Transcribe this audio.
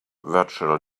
virtual